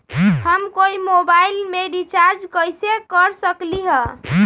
हम कोई मोबाईल में रिचार्ज कईसे कर सकली ह?